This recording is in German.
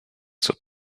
zur